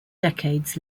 decades